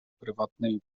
prywatnej